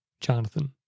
Jonathan